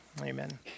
Amen